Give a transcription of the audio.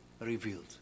revealed